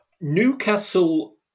Newcastle